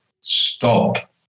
Stop